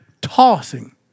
tossing